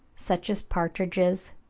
such as partridges,